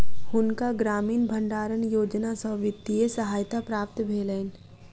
हुनका ग्रामीण भण्डारण योजना सॅ वित्तीय सहायता प्राप्त भेलैन